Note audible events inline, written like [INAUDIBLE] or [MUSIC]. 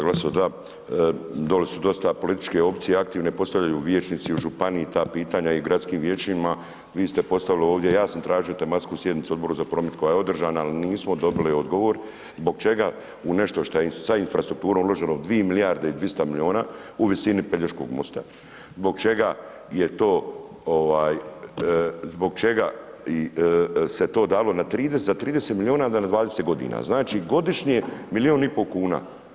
Kolega Glasovac da, dole su dosta političke opcije aktivne, postavljaju vijećnici u županiji ta pitanja i gradskim vijećima, vi ste postavili ovdje, ja sam tražio tematsku sjednicu Odbora za … [UNINTELLIGIBLE] koja je održana, ali nismo dobili odgovor, zbog čega u nešto šta je sa infrastrukturom uloženo 2 milijarde i 200 milijuna u visini Pelješkog mosta, zbog čega je to, zbog čega se to dalo na 30 milijuna na 20 g. Znači godišnje milijun i pol kuna.